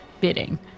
bidding